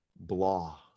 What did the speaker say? blah